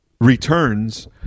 returns